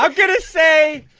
um gonna say